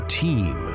team